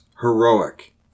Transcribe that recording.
heroic